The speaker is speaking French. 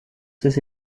ces